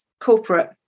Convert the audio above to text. corporate